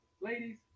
ladies